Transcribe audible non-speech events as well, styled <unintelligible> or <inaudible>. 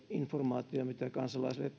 informaatio mitä kansalaisille <unintelligible>